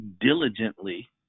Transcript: diligently